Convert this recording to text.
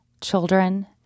children